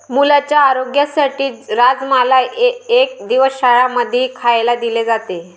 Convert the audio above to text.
मुलांच्या आरोग्यासाठी राजमाला एक दिवस शाळां मध्येही खायला दिले जाते